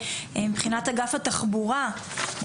מבחינת אגף התחבורה,